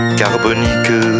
carbonique